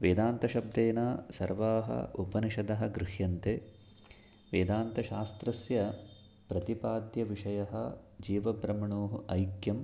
वेदान्तशब्देन सर्वाः उपनिषदः गृह्यन्ते वेदान्तशास्त्रस्य प्रतिपाद्यविषयः जीवब्रह्मणोः ऐक्यं